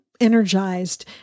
energized